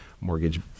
mortgage